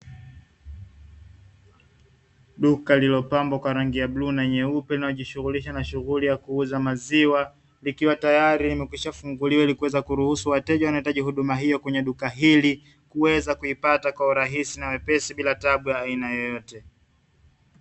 Duka lililopambwa kwa rangi ya bluu na nyeupe linalojishughulisha na shughuli ya kuuza maziwa, likiwa tayari limekwishafunguliwa ili kuwezaa kuruhusu wateja wanaohitaji huduma hiyo kwenye duka hili, kuweza kuipata kwa urahisi na wepesi bila tabu ya aina yoyote.